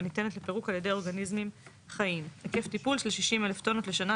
הניתנת לפירוק על ידי אורגניזמים חיים היקף טיפול של 60,000 טונות לשנה,